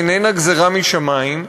איננה גזירה משמים,